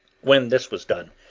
when this was done,